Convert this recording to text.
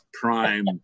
prime